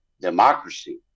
democracy